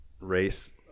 race